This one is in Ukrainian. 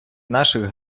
наших